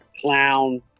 clown